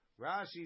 Rashi